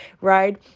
right